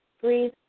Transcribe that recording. Breathe